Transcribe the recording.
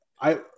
I-